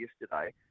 yesterday